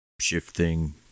shifting